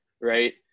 right